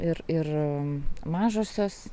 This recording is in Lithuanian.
ir ir mažosios